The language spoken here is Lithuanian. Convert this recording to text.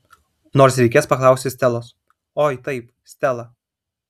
nors reikės paklausti stelos oi taip stela